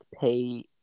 pay